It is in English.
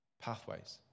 pathways